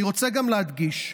אני רוצה גם להדגיש: